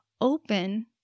open